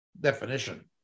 definition